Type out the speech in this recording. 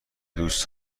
دوست